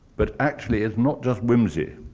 but actually, it's not just whimsy.